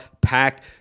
packed